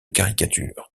caricatures